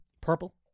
Purple